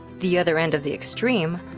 the other end of the extreme,